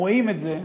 רואים את זה,